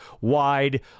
wide